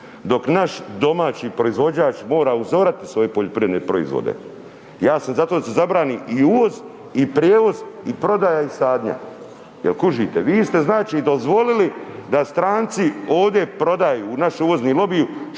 dok naš domaći proizvođač mora uzorati svoje poljoprivredne proizvode. Ja sam zato da se zabrani i uvoz i prijevoz i prodaja i sadnja. Je li kužite? Vi ste znači dozvolili da stranci ovdje prodaju naši uvozni lobiji